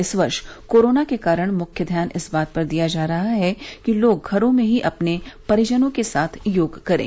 इस वर्ष कोरोना के कारण मुख्य ध्यान इस बात पर दिया जा रहा है कि लोग घरों में ही अपने परिजनों के साथ योग करें